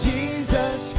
Jesus